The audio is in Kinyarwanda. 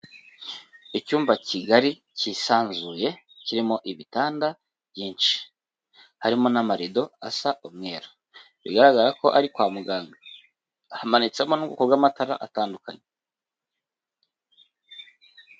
Icyumba kigari kisanzuye kirimo ibitanda byinshi harimo n'amarido asa umweru, bigaragara ko ari kwa muganga hamanitsemo n'ubwoko bw'amatara atandukanye.